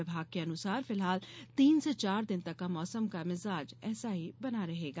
विभाग के अनुसार फिलहाल तीन से चार दिन तक मौसम का मिजाज ऐसा ही बना रहेगा